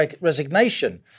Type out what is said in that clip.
resignation